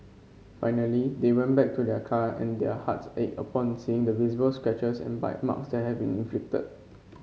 finally they went back to their car and their hearts ached upon seeing the visible scratches and bite marks that had been inflicted